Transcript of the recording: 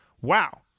Wow